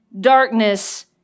darkness